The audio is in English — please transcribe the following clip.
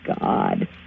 God